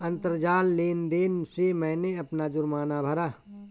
अंतरजाल लेन देन से मैंने अपना जुर्माना भरा